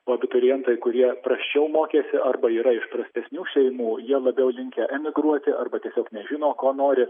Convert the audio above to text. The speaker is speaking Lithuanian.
o abiturientai kurie prasčiau mokėsi arba yra iš prastesnių šeimų jie labiau linkę emigruoti arba tiesiog nežino ko nori